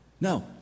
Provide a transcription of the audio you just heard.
No